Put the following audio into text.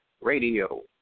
Radio